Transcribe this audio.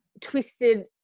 twisted